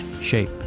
shape